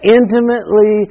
intimately